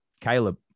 caleb